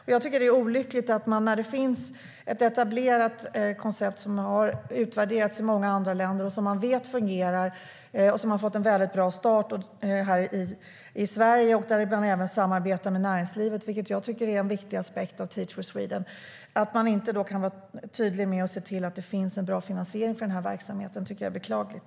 Detta är olyckligt när det finns ett etablerat koncept som har utvärderats i många andra länder och som man vet fungerar. Det har fått en väldigt bra start i Sverige. Det samarbetar även med näringslivet, vilket är en viktig aspekt av Teach for Sweden. Att man inte är tydlig med och ser till att det finns en bra finansiering för verksamheten är beklagligt.